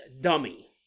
dummy